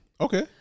Okay